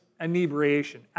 inebriation